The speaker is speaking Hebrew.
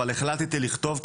אבל החלטתי לכתוב,